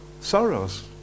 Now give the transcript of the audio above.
sorrows